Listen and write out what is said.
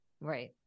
Right